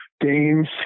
Games